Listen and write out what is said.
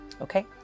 Okay